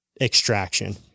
extraction